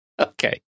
Okay